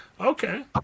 Okay